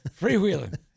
Freewheeling